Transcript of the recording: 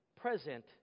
present